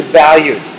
value